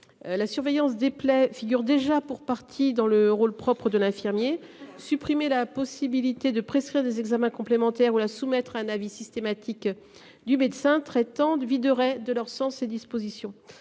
La surveillance des play-figure déjà pour partie dans le rôle propre de l'infirmier supprimer la possibilité de prescrire des examens complémentaires ou la soumettre à un avis systématique du médecin traitant d'viderait de leur sens, ces dispositions.